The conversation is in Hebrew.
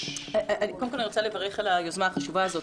אני רוצה לברך על היוזמה החשובה הזאת,